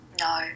No